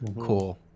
Cool